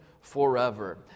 forever